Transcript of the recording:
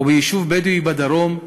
או ביישוב בדואי בדרום,